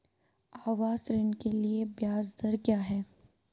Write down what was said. आवास ऋण के लिए ब्याज दर क्या हैं?